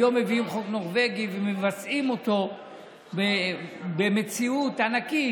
והיום מביאים חוק נורבגי ומבצעים אותו במציאות ענקית,